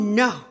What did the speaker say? no